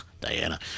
Diana